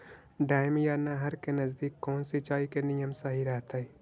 Dam या नहर के नजदीक कौन सिंचाई के नियम सही रहतैय?